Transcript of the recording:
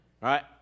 right